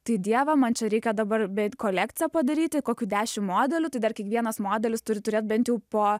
tai dieve man čia reikia dabar beveik kolekciją padaryti kokių dešim modelių tai dar kiekvienas modelis turi turėt bent jau po